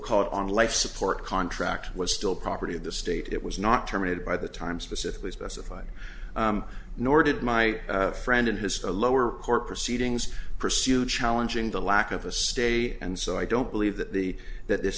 it on life support contract was still property of the state it was not terminated by the time specifically specified nor did my friend in his lower court proceedings pursue challenging the lack of a stay and so i don't believe that the that this